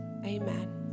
Amen